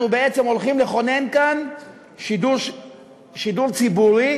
אנחנו הולכים לכונן כאן שידור ציבורי